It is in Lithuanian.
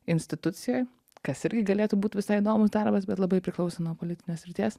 institucijoj kas irgi galėtų būt visai įdomu darbas bet labai priklauso nuo politinės srities